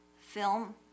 film